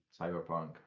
Cyberpunk